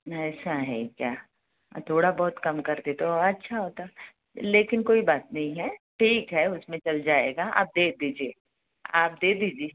ऐसा है क्या थोड़ा बहुत कम करते तो अच्छा होता लेकिन कोई बात नहीं है ठीक है उसमें चल जाएगा आप दे दीजिए आप दे दीजिए